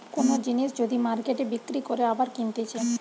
কোন জিনিস যদি মার্কেটে বিক্রি করে আবার কিনতেছে